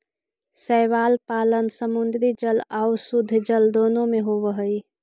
शैवाल पालन समुद्री जल आउ शुद्धजल दोनों में होब हई